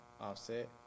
Offset